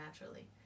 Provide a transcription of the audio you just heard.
naturally